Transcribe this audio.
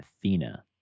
Athena